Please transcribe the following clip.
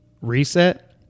reset